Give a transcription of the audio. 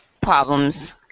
problems